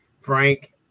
Frank